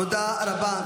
תודה רבה.